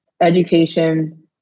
education